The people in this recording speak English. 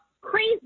crazy